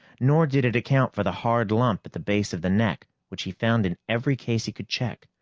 nor did it account for the hard lump at the base of the neck which he found in every case he could check.